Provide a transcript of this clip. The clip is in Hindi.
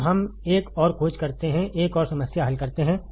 तो हम एक और खोज करते हैं एक और समस्या हल करते हैं